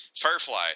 Firefly